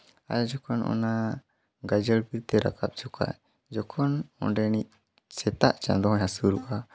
ᱟᱨ ᱡᱚᱠᱷᱚᱱ ᱚᱱᱟ ᱜᱟᱡᱟᱲ ᱵᱤᱨᱛᱮ ᱨᱟᱠᱟᱵ ᱡᱚᱠᱷᱚᱡ ᱡᱚᱠᱷᱚᱱ ᱚᱸᱰᱮᱱᱤᱡ ᱥᱮᱛᱟᱜ ᱪᱟᱸᱫᱚᱭ ᱦᱟᱹᱥᱩᱨᱚᱜᱼᱟ